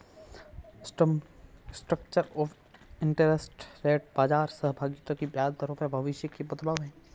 term structure of interest rate बाजार सहभागियों की ब्याज दरों में भविष्य के बदलाव है